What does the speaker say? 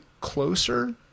closer